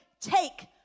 take